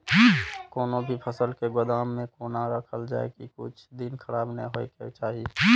कोनो भी फसल के गोदाम में कोना राखल जाय की कुछ दिन खराब ने होय के चाही?